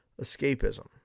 escapism